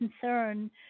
concern